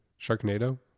Sharknado